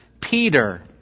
Peter